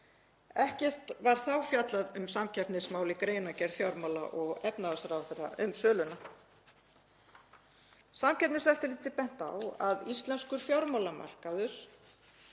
Ekkert var fjallað þá um samkeppnismál í greinargerð fjármála- og efnahagsráðherra um söluna. Samkeppniseftirlitið benti á að íslenskur fjármálamarkaður